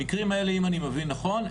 המקרים האלה אם אני מבין נכון,